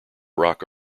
rock